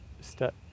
step